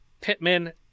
Pittman